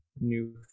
new